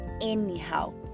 anyhow